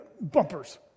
Bumpers